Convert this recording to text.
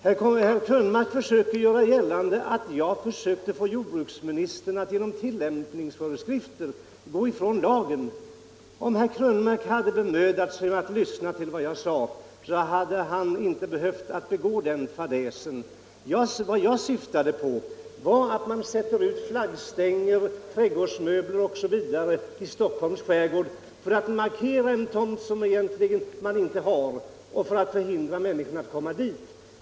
Herr Krönmark gör gällande att jag försökt få jordbruksministern att genom tillämpningsföreskrifter gå ifrån lagen. Om herr Krönmark hade bemödat sig att lyssna till vad jag sade hade han inte behövt begå den fadäsen. Vad jag syftade på var att man reser flaggstänger och sätter ut trädgårdsmöbler osv. i Stockholms skärgård för att markera en tomt som man egentligen inte har och för att förhindra människor att komma dit.